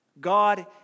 God